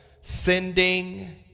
Sending